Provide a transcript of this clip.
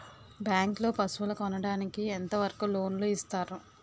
Bank లో పశువుల కొనడానికి ఎంత వరకు లోన్ లు ఇస్తారు?